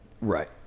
Right